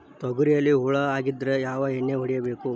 ತೊಗರಿಯಲ್ಲಿ ಹುಳ ಆಗಿದ್ದರೆ ಯಾವ ಎಣ್ಣೆ ಹೊಡಿಬೇಕು?